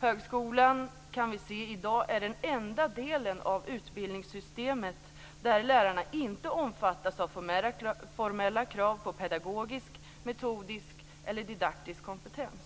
Högskolan är i dag den enda delen av utbildningssystemet där lärarna inte omfattas av formella krav på pedagogisk, metodisk eller didaktisk kompetens.